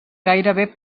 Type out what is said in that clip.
gairebé